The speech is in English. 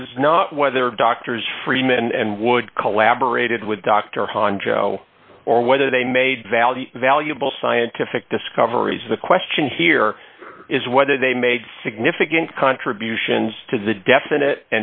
is not whether doctors freeman and would collaborated with dr honcho or whether they made value valuable scientific discoveries the question here is whether they made significant contributions to the definit